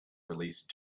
released